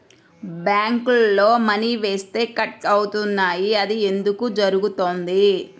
బ్యాంక్లో మని వేస్తే కట్ అవుతున్నాయి అది ఎందుకు జరుగుతోంది?